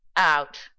out